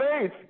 faith